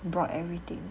brought everything